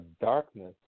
darkness